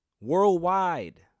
Worldwide